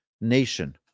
nation